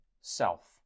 self